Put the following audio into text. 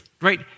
right